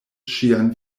ŝian